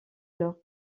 leur